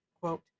quote